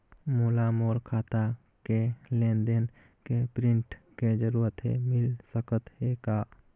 मोला मोर खाता के लेन देन के प्रिंट के जरूरत हे मिल सकत हे का?